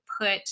put